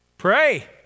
Pray